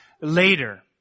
later